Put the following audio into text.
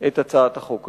את הצעת החוק הזאת.